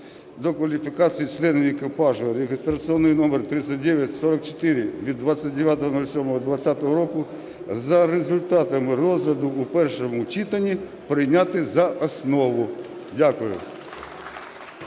до кваліфікації членів екіпажу (реєстраційний номер 3944) від 29.07.2020 року за результатами розгляду в першому читанні прийняти за основу. Дякую.